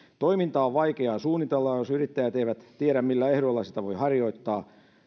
toimintaa on vaikea suunnitella jos yrittäjät eivät tiedä millä ehdoilla sitä voi harjoittaa